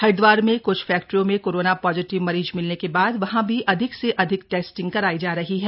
हरिद्वार में क्छ फैक्ट्रियों में कोरोना पॉजिटिव मरीज मिलने के बाद वहां भी अधिक से अधिक टेस्टिंग कराई जा रही है